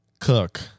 cook